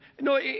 No